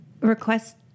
request